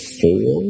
four